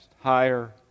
higher